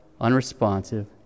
unresponsive